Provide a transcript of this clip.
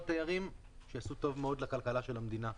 תיירים שיעשו טוב לכלכלה של המדינה.